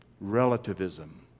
Relativism